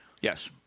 Yes